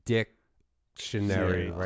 Dictionary